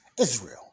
Israel